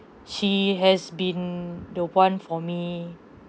she has been the [one] for me